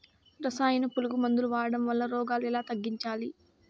రసాయన పులుగు మందులు వాడడం వలన రోగాలు ఎలా తగ్గించాలి?